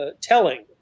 telling